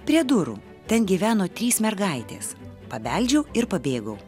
prie durų ten gyveno trys mergaitės pabeldžiau ir pabėgau